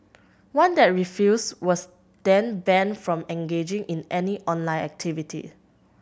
one that refused was then banned from engaging in any online activity